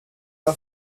l’a